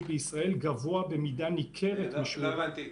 בישראל גבוה במידה ניכרת --- לא הבנתי.